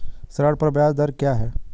ऋण पर ब्याज दर क्या है?